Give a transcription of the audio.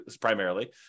primarily